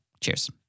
Cheers